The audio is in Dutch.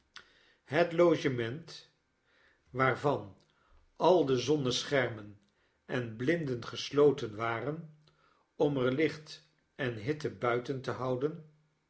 het logement waarvan al dezonneschermen en blinden gesloten waren om er licht en hitte buiten te houden